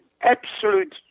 absolute